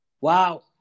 Wow